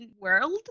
world